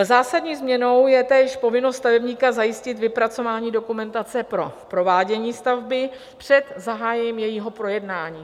Zásadní změnou je též povinnost stavebníka zajistit vypracování dokumentace pro provádění stavby před zahájením jejího projednání.